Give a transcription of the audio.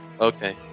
okay